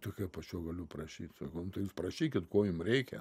tai kaip aš jo galiu prašyt sakau nu tai jūs prašykit ko jum reikia